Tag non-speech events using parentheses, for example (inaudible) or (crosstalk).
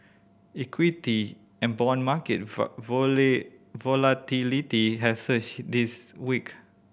equity and bond market (unintelligible) volatility has surged this week